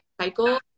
cycle